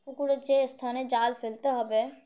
পুকুরের যে স্থানে জাল ফেলতে হবে